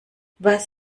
was